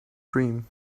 dream